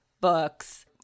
books